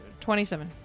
27